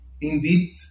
indeed